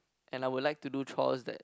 and I would like to do chores that